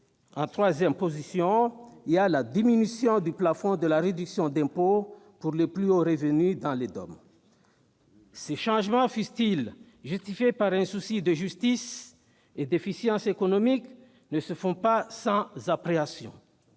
non perçue récupérable et la diminution du plafond de la réduction d'impôt pour les plus hauts revenus dans les DOM. Ces changements, fussent-ils justifiés par un souci de justice et d'efficience économique, ne se font pas sans appréhension.